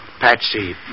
Patsy